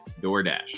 DoorDash